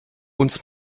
uns